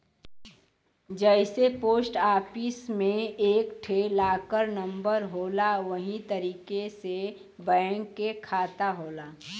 जइसे post office मे एक ठे लाकर नम्बर होला वही तरीके से बैंक के खाता होला